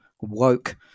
woke